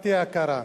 משפחתי היקרה,